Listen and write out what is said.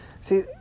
See